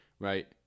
Right